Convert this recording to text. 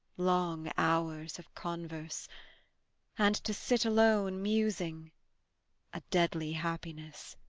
long hours of converse and to sit alone musing a deadly happiness